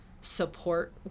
support